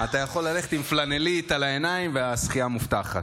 אתה יכול ללכת עם פלנלית על העיניים והזכייה מובטחת.